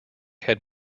had